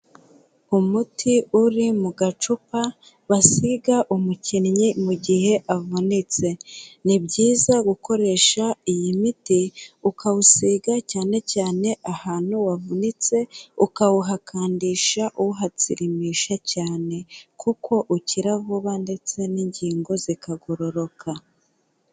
Umuti uri mu gacupa basiga umukinnyi mu gihe avunitse .Ni byiza gukoresha iyi miti ukawusiga cyane cyane ahantu wavunitse ukawuhakandisha uwuhatsirimisha cyane kuko ukira vuba ndetse n'ingingo zikagororoka.